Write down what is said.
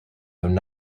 though